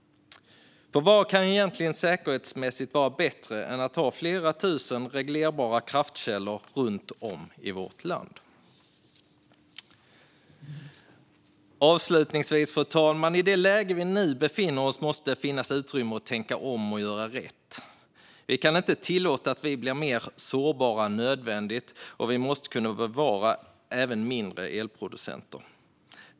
Vad kan egentligen säkerhetsmässigt vara bättre än att ha flera tusen reglerbara kraftkällor runt om i vårt land? Fru talman! I det läge vi nu befinner oss i måste det finnas utrymme att tänka om och göra rätt. Vi kan inte tillåta att vi blir mer sårbara än nödvändigt, och vi måste kunna bevara även mindre elproducenter.